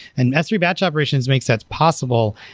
and s three batch operations makes that possible,